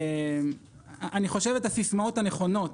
אני חושב את הסיסמאות הנכונות,